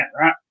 right